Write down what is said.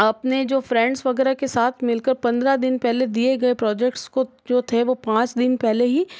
अपने जो फ्रेंड्स वग़ैरह के साथ मिल कर पंद्रह दिन पहले दिए गए प्रोजेक्ट्स को जो थे वो पाँच दिन पहले ही